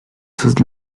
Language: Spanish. sus